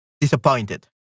disappointed